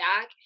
back